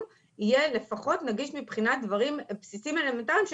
יהיה לפחות נגיש מבחינת דברים בסיסיים ואלמנטריים.